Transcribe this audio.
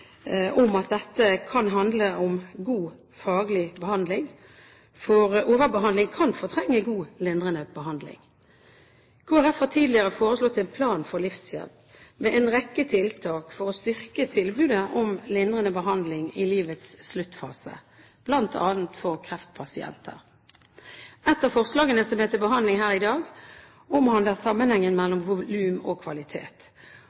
om god faglig behandling, for overbehandling kan fortrenge god lindrende behandling. Kristelig Folkeparti har tidligere foreslått en plan for livshjelp, med en rekke tiltak for å styrke tilbudet om lindrende behandling i livets sluttfase, bl.a. for kreftpasienter. Et av forslagene som er til behandling her i dag, omhandler sammenhengen